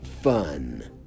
fun